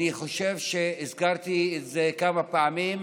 אני חושב שהזכרתי את זה כמה פעמים,